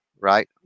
Right